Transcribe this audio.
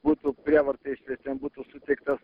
būtų prievarta išvežtiem būtų suteiktas